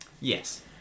Yes